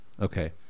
Okay